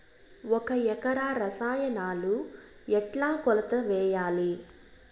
ఒక ఎకరా వరికి రసాయనాలు ఎట్లా కొలత వేయాలి?